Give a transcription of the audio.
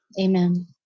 Amen